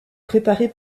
préparé